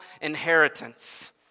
inheritance